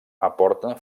aporta